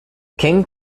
king